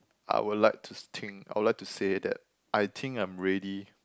I would like to think I would like to say that I think I'm ready